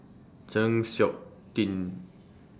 Chng Seok Tin